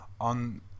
on